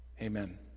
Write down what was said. Amen